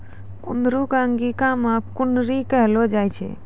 कुंदरू कॅ अंगिका मॅ कुनरी कहलो जाय छै